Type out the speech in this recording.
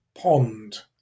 pond